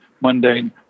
mundane